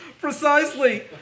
Precisely